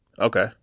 okay